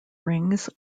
rings